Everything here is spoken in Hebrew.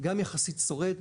גם יחסית שורד,